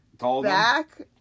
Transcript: Back